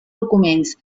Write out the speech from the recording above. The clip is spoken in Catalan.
documents